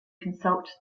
consult